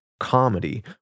comedy